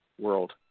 world